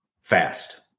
fast